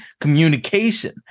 communication